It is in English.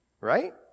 right